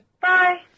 Bye